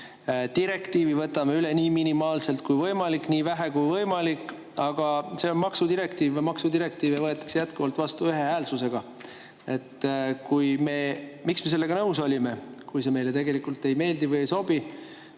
Direktiivi võtame üle nii minimaalselt kui võimalik, nii vähe kui võimalik, aga see on maksudirektiiv ja maksudirektiive võetakse jätkuvalt vastu ühehäälselt. Miks me sellega nõus olime, kui see meile tegelikult ei meeldi või ei sobi?